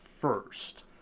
first